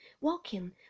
walking